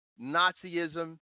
Nazism